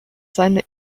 seine